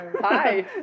Hi